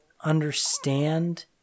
understand